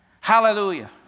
Hallelujah